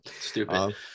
stupid